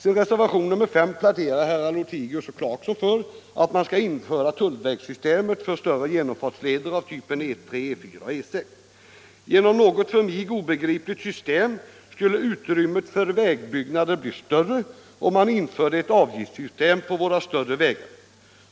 I reservationen 5 pläderar herrar Lothigius och Clarkson för att man skall införa tullvägssystemet för större genomfartsleder av typen E 3, E4 och E 6. Genom något för mig obegripligt system skulle utrymmet för vägbyggnader bli större om ett avgiftssystem tillämpades på våra större vägar.